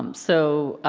um so,